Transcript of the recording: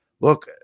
look